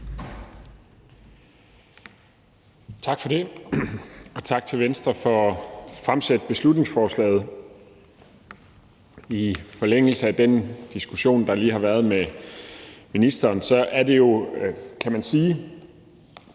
Tak for det, og tak til Venstre for at fremsætte beslutningsforslaget. I forlængelse af den diskussion, der lige har været med ministeren, er det jo, kan man sige,